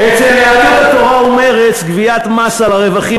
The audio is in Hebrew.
אצל יהדות התורה ומרצ גביית מס על הרווחים